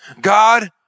God